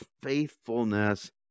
faithfulness